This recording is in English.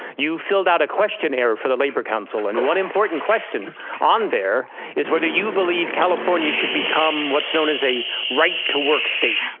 you filled out a questionnaire for the labor council, and one important question on there is whether you believe california should become what's known as a right to work state,